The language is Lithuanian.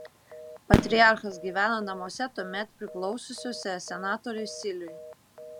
patriarchas gyveno namuose tuomet priklausiusiuose senatoriui siliui